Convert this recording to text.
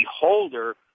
Beholder